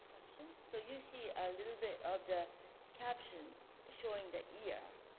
so you see a little bit of the caption showing the year.